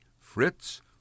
Fritz